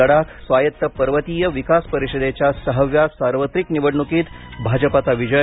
लडाख स्वायत्त पर्वतीय विकास परिषदेच्या सहाव्या सार्वत्रिक निवडणुकीत भाजपाचा विजय